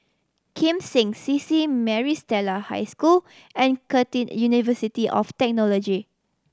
Kim Seng C C Maris Stella High School and Curtin University of Technology